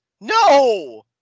No